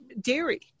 dairy